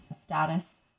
status